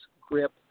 grip